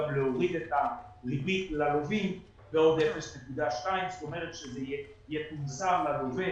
להוריד את הריבית ללווים בעוד 0.2. זאת אומרת שזה יהיה ללווה